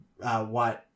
white